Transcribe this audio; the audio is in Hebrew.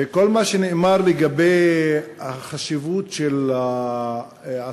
כל מה שנאמר לגבי החשיבות של העסקים